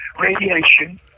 radiation